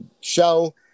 show